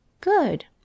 good